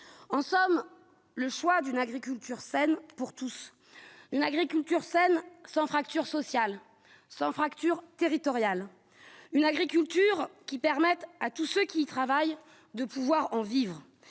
en somme, le choix d'une agriculture saine pour tous une agriculture saine sans fracture sociale sans fracture territoriale une agriculture qui permette à tous ceux qui travaillent, de pouvoir en vivre